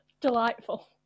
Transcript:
delightful